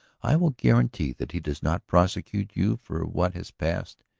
i will guarantee that he does not prosecute you for what has passed.